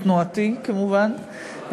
מתנועתי כמובן,